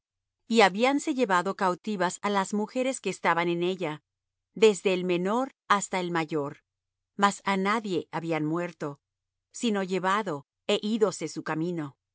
y habíanse llevado cautivas á las mujeres que estaban en ella desde el menor hasta el mayor mas á nadie habían muerto sino llevado é ídose su camino